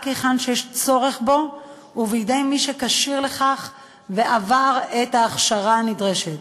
היכן שיש צורך בו ובידי מי שכשיר לכך ועבר את ההכשרה הנדרשת.